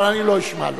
אבל אני לא אשמע לו.